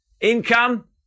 Income